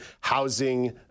housing